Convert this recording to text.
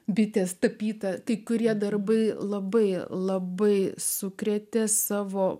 bitės tapyta tik kurie darbai labai labai sukrėtė savo